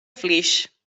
flix